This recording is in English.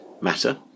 matter